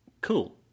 cool